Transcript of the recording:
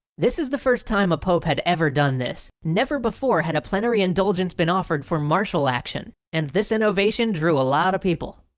this is the first time a pope had ever done this. never before had a plenary indulgence been offered for marshall action, and this innovation drew a lot of people.